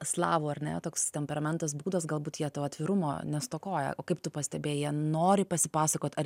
slavų ar ne toks temperamentas būdas galbūt jie to atvirumo nestokoja o kaip tu pastebėjai jie nori pasipasakot ar